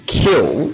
kill